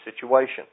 situation